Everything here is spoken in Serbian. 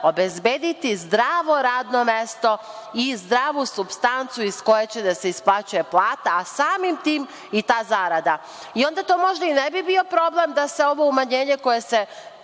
obezbediti zdravo radno mesto i zdravu supstancu iz koje će da se isplaćuje plata, a samim tim i ta zarada. To onda možda ne bi bio problem da se ovo umanjenje, koje se